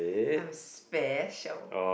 I'm special